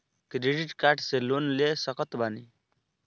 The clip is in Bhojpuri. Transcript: क्रेडिट कार्ड से लोन ले सकत बानी?